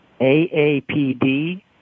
AAPD